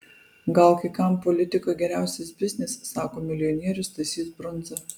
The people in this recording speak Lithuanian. gal kai kam politika geriausias biznis sako milijonierius stasys brundza